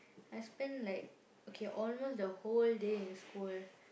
I spend like okay almost the whole day at school